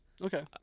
Okay